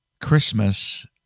Christmas